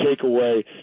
takeaway